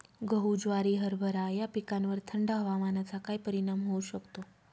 गहू, ज्वारी, हरभरा या पिकांवर थंड हवामानाचा काय परिणाम होऊ शकतो?